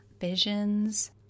visions